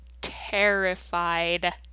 terrified